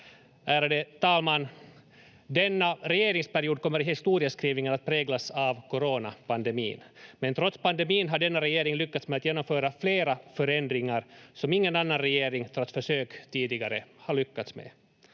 Ärade talman! Denna regeringsperiod kommer i historieskrivningen att präglas av coronapandemin. Men trots pandemin har denna regering lyckats med att genomföra flera förändringar som ingen annan regering trots försök tidigare har lyckats med.